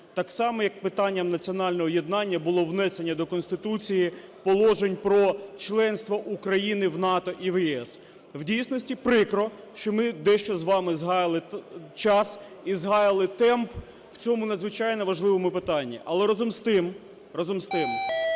так само, як питанням національного єднання було внесення до Конституції положень про членство України в НАТО і в ЄС. В дійсності прикро, що ми дещо з вами згаяли час і згаяли темп в цьому надзвичайно важливому питанні. Але, разом з тим, наші